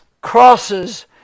crosses